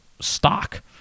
stock